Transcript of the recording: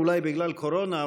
אולי בגלל קורונה,